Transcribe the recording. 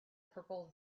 purple